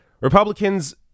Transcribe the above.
Republicans